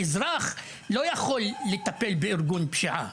אזרח לא יכול לטפל בפשע מאורגן.